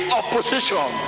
opposition